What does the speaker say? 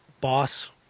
Boss